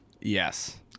yes